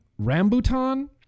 Rambutan